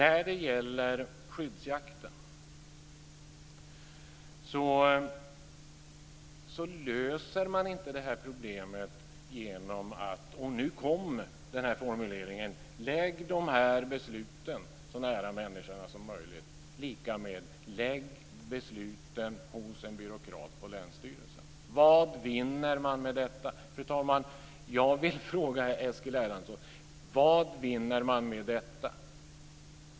Problemet med skyddsjakten löser man inte genom - och nu kom formuleringen - att lägga besluten så nära människorna som möjligt, vilket är lika med att lägga besluten hos en byråkrat på länsstyrelsen. Fru talman! Jag vill fråga Eskil Erlandsson: Vad vinner man detta?